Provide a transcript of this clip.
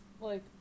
Like-